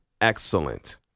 excellent